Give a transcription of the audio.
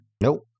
Nope